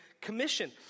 commission